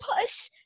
push